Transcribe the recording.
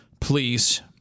Please